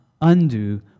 undo